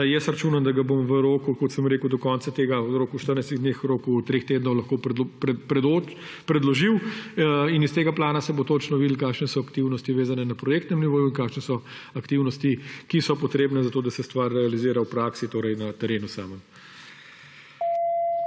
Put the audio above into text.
Računam, da ga bom v roku, kot sem rekel, 14 dni, v roku treh tednov lahko predložil in iz tega plana se bo točno videlo, kakšne so aktivnosti, vezane na projektne nivoju, in kakšne so aktivnosti, ki so potrebne za to, da se stvar realizira v praksi, torej na terenu samem.